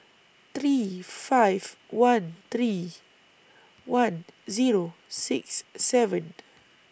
three five one three one Zero six seven